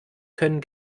können